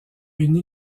une